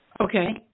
Okay